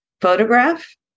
photograph